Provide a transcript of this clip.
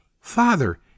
Father